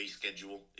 schedule